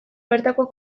bertako